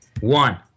One